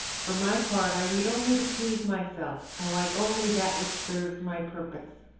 for my part, i read only to please myself. i like only that which serves my purpose.